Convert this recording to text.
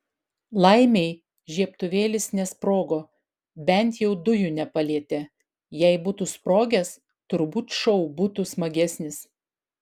laimei žiebtuvėlis nesprogo bent jau dujų nepalietė jei būtų sprogęs turbūt šou būtų smagesnis